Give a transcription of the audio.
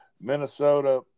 Minnesota